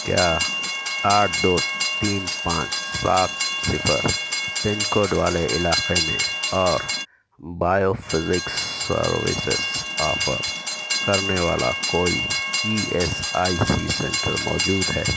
کیا آٹھ دو تین پانچ سات صفر پن کوڈ والے علاقے میں اور بایو فزکس سروسز آفر کرنے والا کوئی E S I C centre موجود ہے